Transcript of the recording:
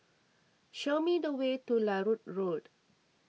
show me the way to Larut Road